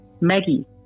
Maggie